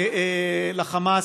לחמאס.